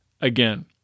again